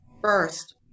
first